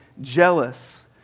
jealous